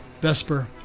Vesper